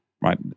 right